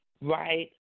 right